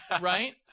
right